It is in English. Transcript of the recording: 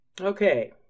Okay